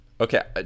Okay